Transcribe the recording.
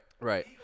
Right